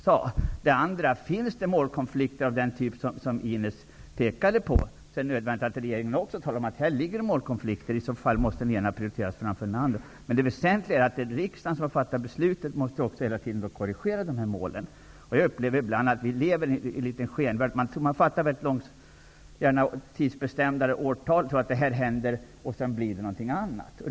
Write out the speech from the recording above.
Om det finns målkonflikter av den typ som Ines Uusmann pekade på är det nödvändigt att regeringen talar om det och att det ena målet måste prioriteras framför det andra. Det väsentliga är att riksdagen, som har fattat beslutet, också måste korrigera målen. Jag upplever det ibland som att vi lever i en skenvärld. Vi fattar gärna tidsbestämda beslut, som innehåller årtal, och tror att mål skall förverkligas. Sedan blir det någonting annat.